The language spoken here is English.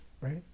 right